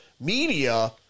media